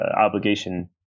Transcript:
obligation